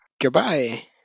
Goodbye